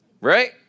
Right